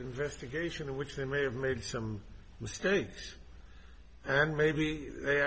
investigation in which they may have made some mistakes and maybe they